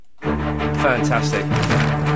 Fantastic